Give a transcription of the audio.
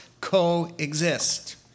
coexist